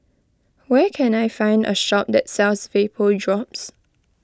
where can I find a shop that sells Vapodrops